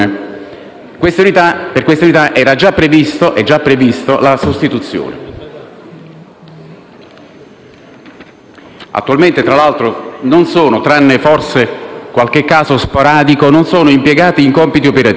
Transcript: Per queste unità era già prevista la sostituzione. Attualmente, tra l'altro, non sono - tranne forse qualche caso sporadico - impiegate in compiti operativi.